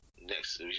Next